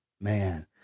man